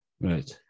Right